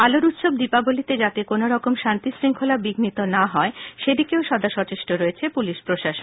আলোর উৎসব দীপাবলিতে যাতে কোন রকম শান্তি শৃঙ্খলা বিঘ্নিত না হয় সেদিকে সদা সচেষ্ট রয়েছে পুলিশ প্রশাসন